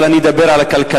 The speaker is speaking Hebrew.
אבל אני אדבר על הכלכלה.